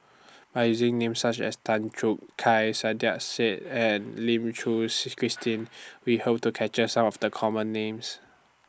By using Names such as Tan Choo Kai Saiedah Said and Lim Suchen Christine We Hope to capture Some of The Common Names